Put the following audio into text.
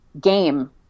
game